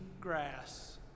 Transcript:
grass